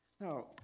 Now